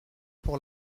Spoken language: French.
pour